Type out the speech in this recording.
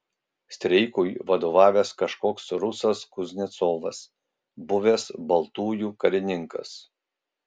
streikui vadovavęs kažkoks rusas kuznecovas buvęs baltųjų karininkas